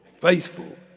faithful